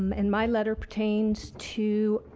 um and my letter pertains to